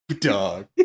Dog